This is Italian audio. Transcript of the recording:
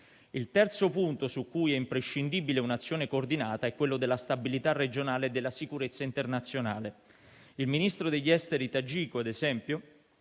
Il terzo punto su cui è imprescindibile un'azione coordinata è quello della stabilità regionale e della sicurezza internazionale. Il Ministro degli esteri tagiko, ad esempio,